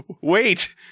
Wait